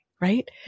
Right